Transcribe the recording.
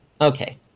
okay